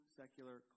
secular